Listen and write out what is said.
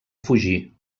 fugir